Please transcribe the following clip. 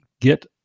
get